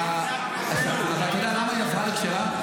אתה יודע למה היא הפכה לכשרה?